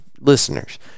listeners